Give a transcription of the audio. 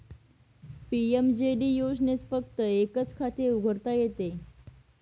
PMJD योजनेत फक्त एकच खाते उघडता येते